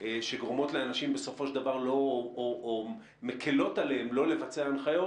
שגורמות לאנשים בסופו של דבר או מקלות עליהם לא לצבע הנחיות,